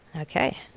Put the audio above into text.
Okay